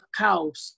cows